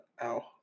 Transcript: Ow